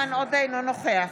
אינו נוכח